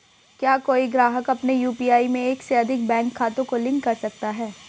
क्या कोई ग्राहक अपने यू.पी.आई में एक से अधिक बैंक खातों को लिंक कर सकता है?